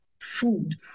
food